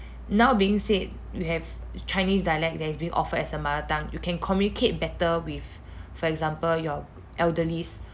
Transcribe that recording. now being said you have chinese dialect that is being offered as a mother tongue you can communicate better with for example your elderlies